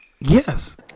Yes